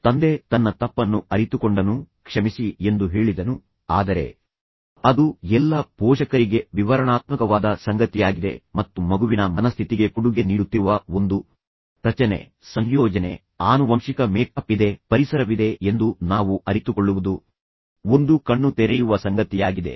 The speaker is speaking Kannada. ನಂತರ ತಂದೆ ತನ್ನ ತಪ್ಪನ್ನು ಅರಿತುಕೊಂಡನು ಮತ್ತು ನಂತರ ಕ್ಷಮಿಸಿ ಎಂದು ಹೇಳಿದನು ಆದರೆ ಅದು ಎಲ್ಲಾ ಪೋಷಕರಿಗೆ ವಿವರಣಾತ್ಮಕವಾದ ಸಂಗತಿಯಾಗಿದೆ ಮತ್ತು ಮಗುವಿನ ಮನಸ್ಥಿತಿಗೆ ಕೊಡುಗೆ ನೀಡುತ್ತಿರುವ ಒಂದು ರಚನೆ ಸಂಯೋಜನೆ ಆನುವಂಶಿಕ ಮೇಕ್ಅಪ್ ಇದೆ ಪರಿಸರವಿದೆ ಎಂದು ನಾವು ಅರಿತುಕೊಳ್ಳುವುದು ಒಂದು ಕಣ್ಣು ತೆರೆಯುವ ಸಂಗತಿಯಾಗಿದೆ